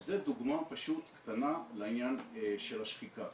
וזו דוגמה קטנה לעניין של השחיקה.